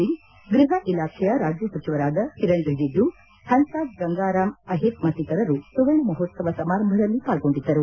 ಸಿಂಗ್ ಗ್ಟಪ ಇಲಾಖೆಯ ರಾಜ್ಯ ಸಚಿವರಾದ ಕಿರಣ್ ರಿಜಿಜು ಪನ್ಸ್ರಾಜ್ ಗಂಗಾರಾಮ್ ಅಹಿರ್ ಮತ್ತಿತರರು ಸುವರ್ಣ ಮಹೋತ್ಸವ ಸಮಾರಂಭದಲ್ಲಿ ಪಾಲ್ಗೊಂಡಿದ್ದರು